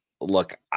look